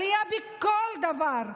עלייה בכל דבר.